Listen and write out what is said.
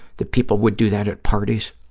that people would do that at parties?